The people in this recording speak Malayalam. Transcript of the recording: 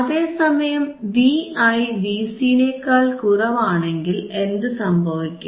അതേസമയം Vi Vc നേക്കാൾ കുറവാണെങ്കിൽ എന്തു സംഭവിക്കും